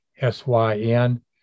S-Y-N